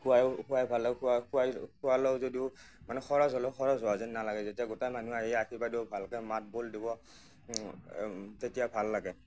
খোৱাইও খোৱাই ভাল লাগে খোৱাই খোৱাই খোৱালো যদিও মানে খৰচ হ'লেও খৰচ হোৱা যেন নালাগে যেতিয়া গোটেই মানুহ আহি আশীৰ্বাদ দিব ভালকে মাত বোল দিব তেতিয়া ভাল লাগে